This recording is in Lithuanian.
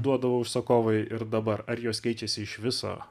duodavo užsakovai ir dabar ar jos keičiasi iš viso